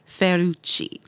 Ferrucci